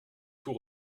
tout